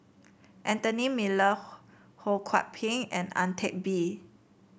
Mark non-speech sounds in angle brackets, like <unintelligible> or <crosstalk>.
Anthony Miller <unintelligible> Ho Kwon Ping and Ang Teck Bee